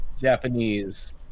Japanese